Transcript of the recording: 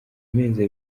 mezi